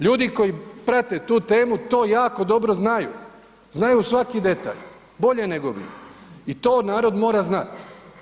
Ljudi koji prate tu temu to jako dobro znaju, znaju svaki detalj, bolje nego vi i to narod mora znati.